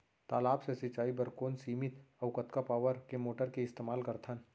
तालाब से सिंचाई बर कोन सीमित अऊ कतका पावर के मोटर के इस्तेमाल करथन?